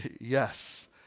Yes